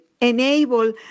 enable